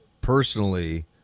personally